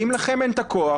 ואם לכם אין את הכוח,